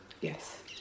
Yes